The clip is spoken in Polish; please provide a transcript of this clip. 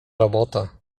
robota